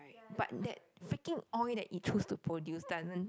but that freaking oil that it chose to produce doesn't